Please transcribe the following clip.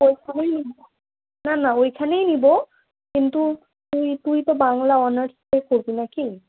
ও তুই না না ওইখানেই নেবো কিন্তু তুই তুই তো বাংলা অনার্সটা করবি নাকি